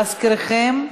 להזכירכם,